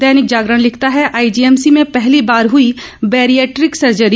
दैनिक जागरण लिखता है आईजीएमसी में पहली बार हुई बैरियेट्रिक सर्जरी